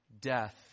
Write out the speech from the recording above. death